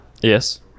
Yes